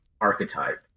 archetype